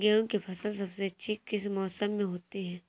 गेंहू की फसल सबसे अच्छी किस मौसम में होती है?